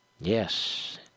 Yes